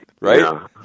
Right